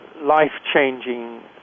life-changing